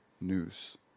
news